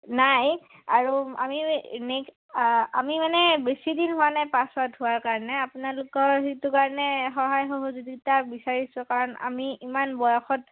নাই আৰু আমি নেক্সট আমি মানে বেছি দিন হোৱা নাই পাছ আউট হোৱাৰ কাৰণে আপোনালোকৰ সেইটো কাৰণে সহায় সহযোগিতা বিচাৰিছোঁ কাৰণ আমি ইমান বয়সত